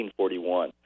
1941